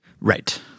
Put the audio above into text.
Right